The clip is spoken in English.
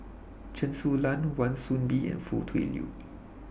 Chen Su Lan Wan Soon Bee and Foo Tui Liew